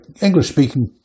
English-speaking